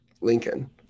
Lincoln